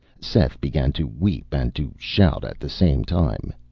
seth began to weep and to shout at the same time.